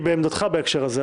אני בעמדתך בהקשר הזה,